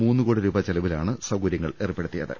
മൂന്ന് കോടി രൂപ ചെല വിലാണ് സൌകര്യങ്ങൾ ഏർപ്പെടുത്തിയത്